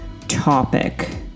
topic